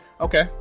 Okay